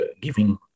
giving